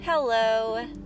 Hello